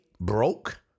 broke